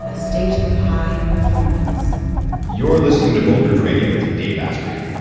state of high performance you're listening to bulletproof radio with dave asprey.